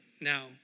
Now